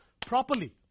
properly